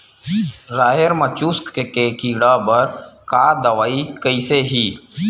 राहेर म चुस्क के कीड़ा बर का दवाई कइसे ही?